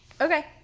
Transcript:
okay